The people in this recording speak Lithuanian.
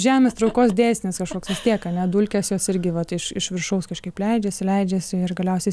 žemės traukos dėsnis kažkoks vistiek ane dulkės jos irgi vat iš iš viršaus kažkaip leidžiasi leidžiasi ir galiausiai